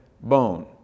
bone